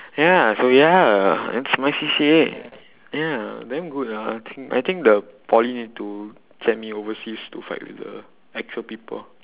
ya so ya it's my C_C_A ya damn good lah think I think the poly need to send me overseas to fight with the actual people